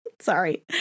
sorry